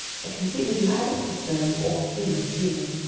i can see that you haven't disowned all human feeling.